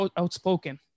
outspoken